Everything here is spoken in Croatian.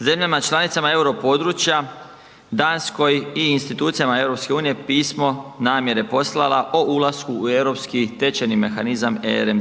zemljama članicama euro područja, Danskoj i institucijama EU-a, pismo namjere poslala o ulasku o europski tečajni mehanizam, ERM